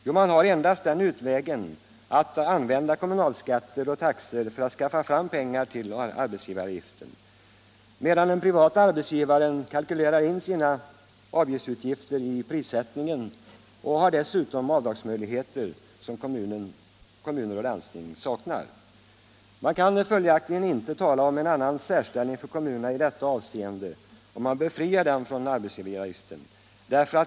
Jo, man har endast den utvägen att använda kommunalskatter och taxor för att skaffa fram pengar till arbetsgivaravgifterna. Den privata arbetsgivaren däremot kalkylerar in sina avgiftsbetalningar i prissättningen och har dessutom avdragsmöjligheter som kommuner och landsting saknar. Man kan följaktligen inte tala om en särställning för kommunerna i detta avseende om man befriar dem från arbetsgivaravgifter.